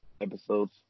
episodes